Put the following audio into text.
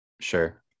Sure